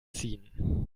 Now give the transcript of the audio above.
ziehen